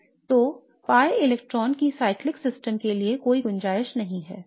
तो pi electron की चक्रीय प्रणाली के लिए कोई गुंजाइश नहीं है